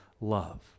love